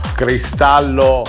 cristallo